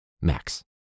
max